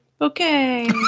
Okay